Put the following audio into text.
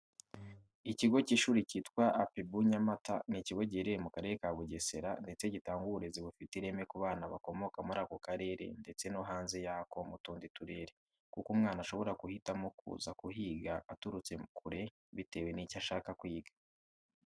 Ikigo cy'ishuri cyitwa APEBU NYAMATA ni ikigo giherereye mu Karere ka Bugesera ndetse gitanga uburezi bufite ireme ku bana bakomoka muri ako karere ndetse no hanze yako mu tundi turere kuko umwana ashobora guhitamo kuza kuhiga aturutse kure bitewe n'icyo shaka kwiga.